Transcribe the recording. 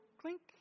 clink